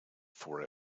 for